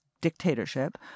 dictatorship